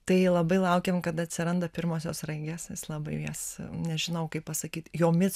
tai labai laukiam kada atsiranda pirmosios sraigės jis labai jas nežinau kaip pasakyt jomis